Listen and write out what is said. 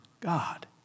God